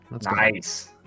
nice